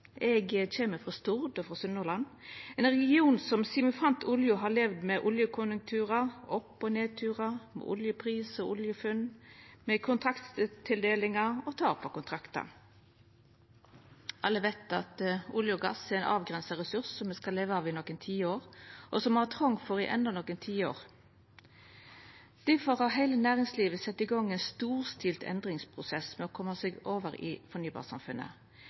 Eg kjem frå Stord, frå Sunnhordland, ein region som sidan me fann olje, har levd med oljekonjunkturar, opp- og nedturar, med oljepris og oljefunn, med kontraktstildeling og tap av kontraktar. Alle veit at olje og gass er ein avgrensa ressurs som me kan leva av i nokre tiår, og som me har trong for i enno nokre tiår. Difor har heile næringslivet sett i gang ein storstilt endringsprosess med å koma seg over i fornybarsamfunnet,